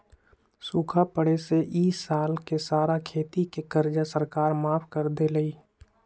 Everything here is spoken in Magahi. सूखा पड़े से ई साल के सारा खेती के कर्जा सरकार माफ कर देलई